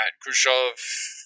Khrushchev